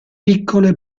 piccole